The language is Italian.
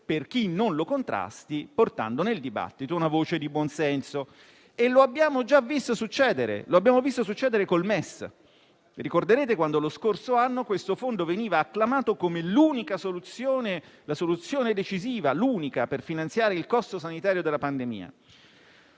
per chi non lo contrasti, portando nel dibattito una voce di buon senso. Lo abbiamo già visto succedere con il meccanismo europeo di stabilità (MES). Ricorderete quando lo scorso anno questo fondo veniva acclamato come la soluzione decisiva, l'unica per finanziare il costo sanitario della pandemia;